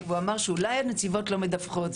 שאולי הנציבות לא מדווחות.